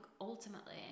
ultimately